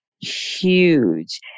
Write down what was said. huge